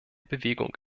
bewegung